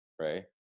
right